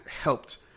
helped